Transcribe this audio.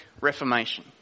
Reformation